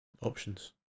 Options